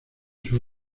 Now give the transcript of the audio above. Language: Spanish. sur